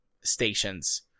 stations